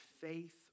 faith